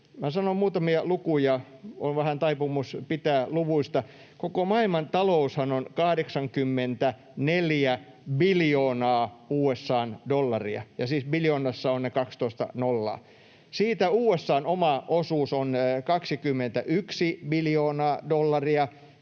sanon muutamia lukuja, on vähän taipumus pitää luvuista: Koko maailmantaloushan on 84 biljoonaa USA:n dollaria — ja siis biljoonassa on ne kaksitoista nollaa. Siitä USA:n oma osuus on 21 biljoonaa dollaria,